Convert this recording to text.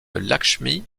lakshmi